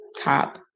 top